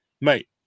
Mate